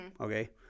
Okay